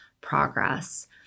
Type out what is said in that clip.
progress